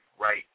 right